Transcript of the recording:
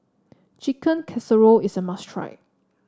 Chicken Casserole is a must try